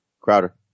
Crowder